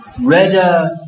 redder